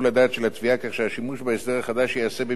כך שהשימוש בהסדר החדש ייעשה במקרים המתאימים.